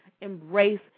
embrace